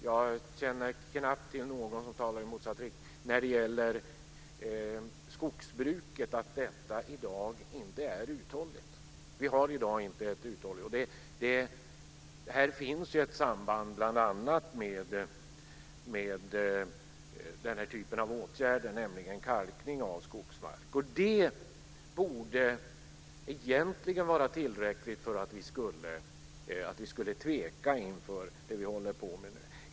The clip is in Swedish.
Jag känner till knappt någon som talar i motsatt riktning när det gäller att skogsbruket i dag inte är uthålligt. Här finns ett samband bl.a. med den här typen av åtgärder, nämligen kalkning av skogsmark. Det borde egentligen vara tillräckligt för att vi skulle tveka inför det vi håller på med nu.